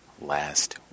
last